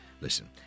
Listen